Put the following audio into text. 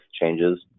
changes